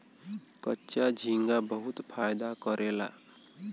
कच्चा झींगा बहुत फायदा करेला